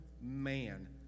man